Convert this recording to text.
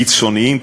קיצוניים,